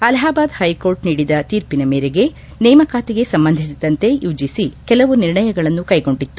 Allahabad high court ನೀಡಿದ ತೀರ್ಪಿನ ಮೇರೆಗೆ ನೇಮಕಾತಿಗೆ ಸಂಬಂಧಿಸಿದಂತೆ ಯುಜಿಸಿ ಕೆಲವು ನಿರ್ಣಯಗಳನ್ನು ಕೈಗೊಂಡಿತ್ತು